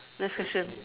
next question